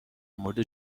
مورد